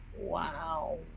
Wow